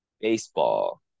baseball